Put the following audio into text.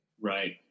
Right